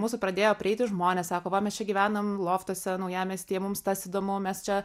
mūsų pradėjo prieiti žmonės sako va mes čia gyvenam loftuose naujamiestyje mums tas įdomu mes čia